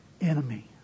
enemy